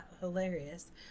hilarious